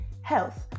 Health